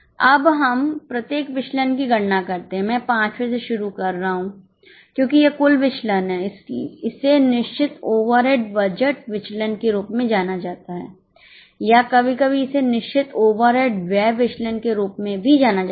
अब हम प्रत्येक विचलन की गणना करते हैं मैं पांचवें से शुरू कर रहा हूं क्योंकि यह कुल विचलन है इसे निश्चित ओवरहेड बजट विचलन के रूप में जाना जाता है या कभी कभी इसे निश्चित ओवरहेड व्यय विचलन के रूप में भी जाना जाता है